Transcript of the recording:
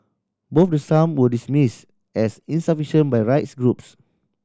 both the sum were dismissed as insufficient by rights groups